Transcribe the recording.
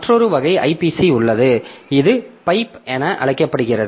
மற்றொரு வகை IPC உள்ளது இது பைப் என அழைக்கப்படுகிறது